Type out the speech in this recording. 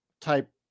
type